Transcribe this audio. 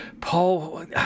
Paul